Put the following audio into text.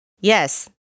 Yes